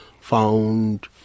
found